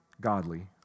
Godly